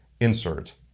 insert